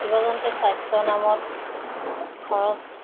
জীৱ জন্তুৰ স্বাস্থ্যৰ নামত খৰচ